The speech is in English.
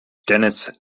dennis